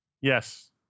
Yes